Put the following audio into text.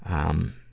um,